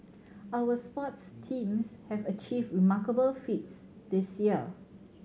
our sports teams have achieved remarkable feats this year